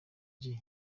jay